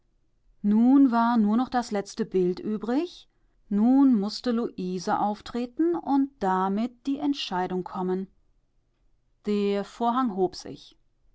nun war nur noch das letzte bild übrig nun mußte luise auftreten und damit die entscheidung kommen der vorhang hob sich